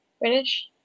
British